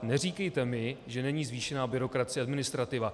Neříkejte mi, že není zvýšená byrokracie a administrativa.